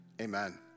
Amen